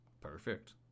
Perfect